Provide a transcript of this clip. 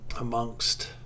amongst